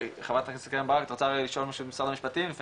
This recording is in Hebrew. חברת הכנסת ברק את רוצה רגע לשאול משהו את משרד המשפטים לפני